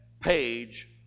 page